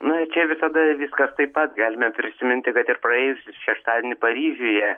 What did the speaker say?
na čia visada viskas taip pat galime prisiminti kad ir praėjusį šeštadienį paryžiuje